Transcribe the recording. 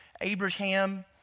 Abraham